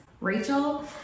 Rachel